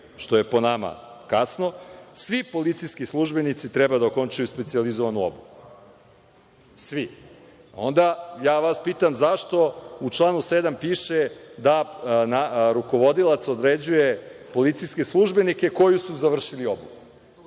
što je po nama kasno, svi policijski službenici treba da okončaju specijalizovanu obuku. Svi. Pitam vas – zašto u članu 7. piše da rukovodilac određuje policijske službenike koji su završili obuku,